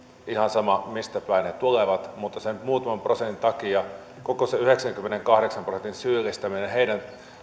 ihan sama mistä päin he tulevat mutta sen muutaman prosentin takia koko sen yhdeksänkymmenenkahdeksan prosentin syyllistäminen heidän